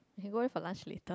you go it for lunch late